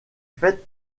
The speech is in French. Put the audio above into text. faite